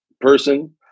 person